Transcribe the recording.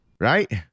Right